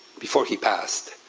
before he passed,